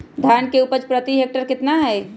धान की उपज प्रति हेक्टेयर कितना है?